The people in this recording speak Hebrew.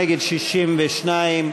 נגד, 62,